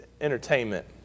entertainment